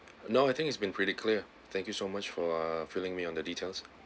no I think it's been pretty clear thank you so much for filling me on the details